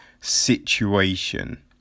Situation